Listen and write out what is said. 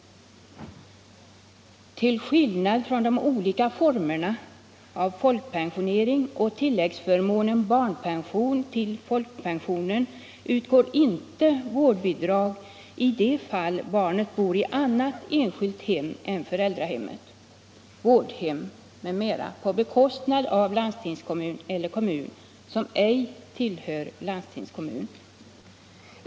Till skillnad från de olika formerna av folkpensionering och tilläggsförmånen barnpension till folkpensionen utgår inte vårdbidrag i de fall barnet bor i annat enskilt hem än föräldrahem, vårdhem m.m. på bekostnad av landstingskommun eller kommun som ej tillhör landstingskommun.